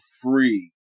free